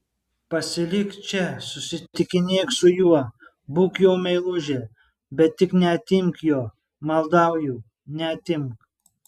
pasilik čia susitikinėk su juo būk jo meilužė bet tik neatimk jo maldauju neatimk